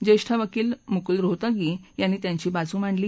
ज्येष्ठ वकील मुकूल रोहतगी यांनी त्यांची बाजू मांडली